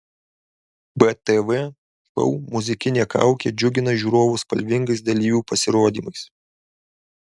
btv šou muzikinė kaukė džiugina žiūrovus spalvingais dalyvių pasirodymais